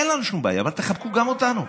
אין לנו שום בעיה, אבל תחבקו גם אותנו.